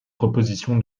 proposition